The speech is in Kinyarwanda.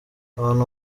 abantu